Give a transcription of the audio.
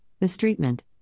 mistreatment